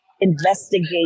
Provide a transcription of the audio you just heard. investigate